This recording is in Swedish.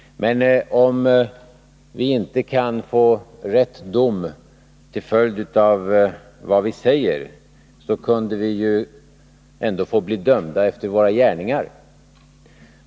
Men om vi inte kan få rätt dom till följd av vad vi säger, kunde vi ju ändå få bli dömda efter våra gärningar.